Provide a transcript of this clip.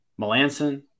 Melanson